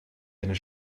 einer